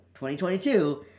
2022